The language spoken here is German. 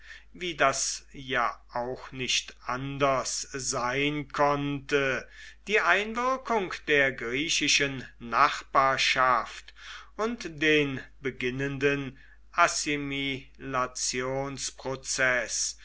wie das ja auch nicht anders sein konnte die einwirkung der griechischen nachbarschaft und den beginnenden